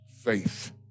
faith